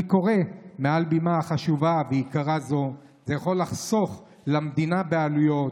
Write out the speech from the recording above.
אני קורא מעל בימה חשובה ויקרה זו: זה יכול לחסוך למדינה בעלויות,